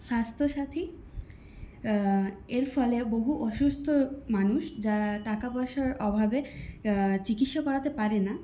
স্বাস্থ্যসাথী এর ফলে বহু অসুস্থ মানুষ যারা টাকা পয়সার অভাবে চিকিৎসা করাতে পারে না